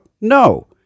No